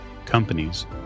companies